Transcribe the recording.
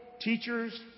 teachers